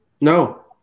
No